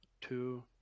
two